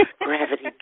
gravity